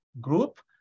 group